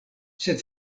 sed